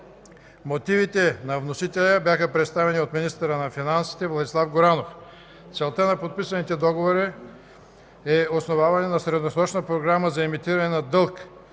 Мотивите на вносителя бяха представени от министъра на финансите Владислав Горанов. Целта на подписаните договори е основаване на средносрочна програма за емитиране на дълг